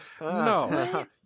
no